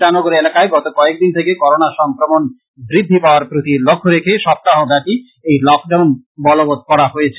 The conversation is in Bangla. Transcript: ইটানগর এলাকায় গত কয়েকদিন থেকে করোণা সংক্রমন বৃদ্ধি পাওয়ার প্রতি লক্ষ্য রেখে সপ্তাহব্যাপী এই লক ডাউন বলবৎ করা হয়েছে